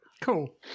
cool